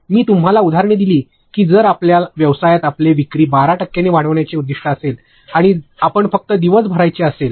मी तुम्हाला उदाहरणे दिली की जर आपल्या व्यवसायात आपले विक्री १२ टक्क्यांनी वाढवण्याचे उद्दिष्ट असेल आणि आपण फक्त दिवस भरायचे असेल